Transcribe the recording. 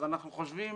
אנחנו חושבים